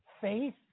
faith